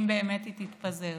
אם באמת היא תתפזר.